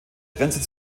grenze